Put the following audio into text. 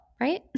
right